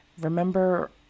Remember